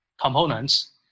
components